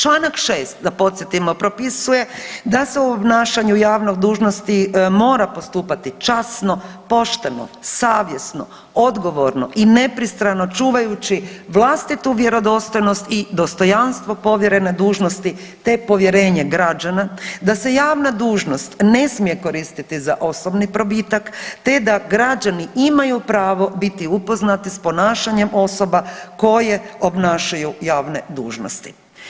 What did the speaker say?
Članak 6. da podsjetimo propisuje da se u obnašanju javne dužnosti mora postupati časno, pošteno, savjesno, odgovorno i nepristrano čuvajući vlastitu vjerodostojnost i dostojanstvo povjerene dužnosti te povjerenje građana, da se javna dužnost ne smije koristiti za osobni probitak te da građani imaju pravo biti upoznati s ponašanjem osoba koje obnašaju javne dužnosti.